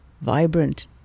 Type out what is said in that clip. vibrant